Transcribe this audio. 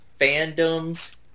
fandom's